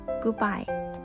Goodbye